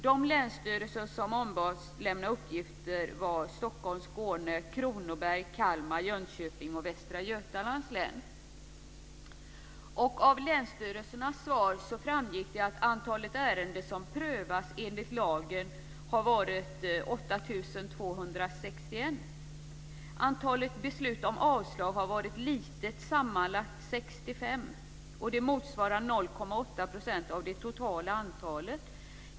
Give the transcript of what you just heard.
De länsstyrelser som ombads lämna uppgifter var länsstyrelserna i Stockholms, Skåne, Kronobergs, Av länsstyrelsernas svar framgick det att antalet ärenden som prövats enligt lagen var 8 261. Antalet beslut om avslag har var litet, sammanlagt 65. Det motsvarar 0,8 % av det totala antalet ärenden.